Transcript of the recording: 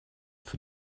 für